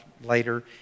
Later